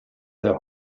their